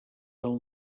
del